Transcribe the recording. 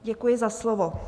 Děkuji za slovo.